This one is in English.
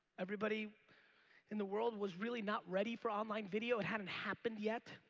everybody in the world was really not ready for online video. it hadn't happened yet.